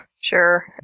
Sure